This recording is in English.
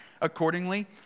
accordingly